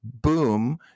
boom